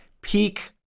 peak